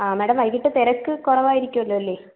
ആ മാഡം വൈകിട്ട് തിരക്ക് കുറവായിരിക്കുമല്ലോ അല്ലേ